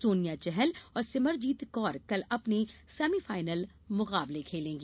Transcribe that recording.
सोनिया चहल और सिमरनजीत कौर कल अपने सेमीफानल मुकाबले खेलेंगी